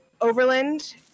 Overland